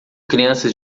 crianças